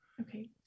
Okay